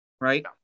right